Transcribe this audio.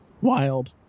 Wild